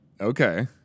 okay